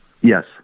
Yes